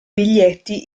biglietti